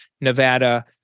Nevada